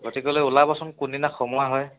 গতিকেলৈ ওলাবাচোন কোনদিনা সোমোৱা হয়